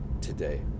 today